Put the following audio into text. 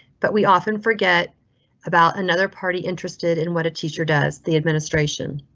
but we often forget about another party interested in what a teacher does the administration.